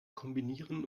kombinieren